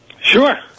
Sure